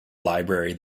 library